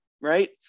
right